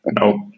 No